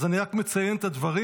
אז אני רק מציין את הדברים,